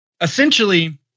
Essentially